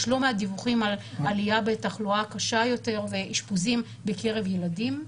יש לא מעט דיווחים על עלייה בתחלואה הקשה יותר ואשפוזים בקרב ילדים,